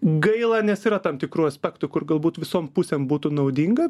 gaila nes yra tam tikrų aspektų kur galbūt visom pusėm būtų naudinga